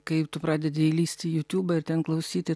kai tu pradedi įlįst į jutubą ir ten klausyti